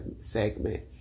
segment